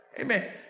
Amen